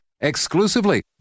exclusively